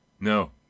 No